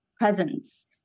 presence